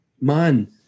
man